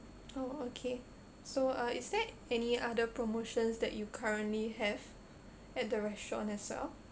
oh okay so uh is there any other promotions that you currently have at the restaurant as well